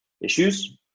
issues